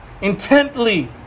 intently